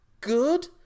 good